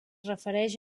refereix